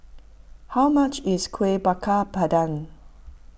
how much is Kuih Bakar Pandan